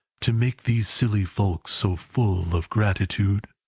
to make these silly folks so full of gratitude.